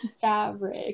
fabric